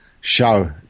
show